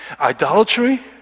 Idolatry